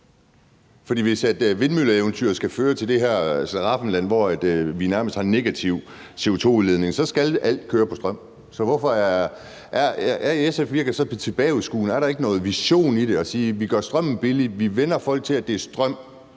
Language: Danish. hvis vindmølleeventyret skal føre til det her slaraffenland, hvor vi nærmest har en negativ CO2-udledning, så skal alt køre på strøm. Er SF virkelig så bagudskuende? Er der ikke nogen vision i det, så man siger, at vi gør strømmen billig og vænner folk til, at det er strøm,